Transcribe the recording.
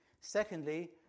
Secondly